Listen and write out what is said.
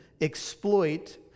exploit